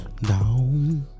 down